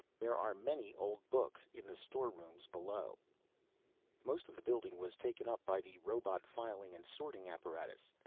there are many old books in the storerooms below most of the building was taken up by the robot filing and sorting apparatus.